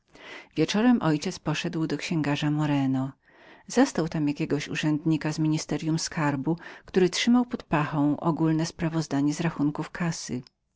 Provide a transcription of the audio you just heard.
wieczorem mój ojciec poszedł do księgarza moreno zastał tam jakiegoś urzędnika z ministeryum skarbu który trzymał pod pachą ogólne sprawozdanie z rachunków kassy